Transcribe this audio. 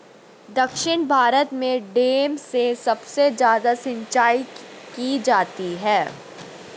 दक्षिण भारत में डैम से सबसे ज्यादा सिंचाई की जाती है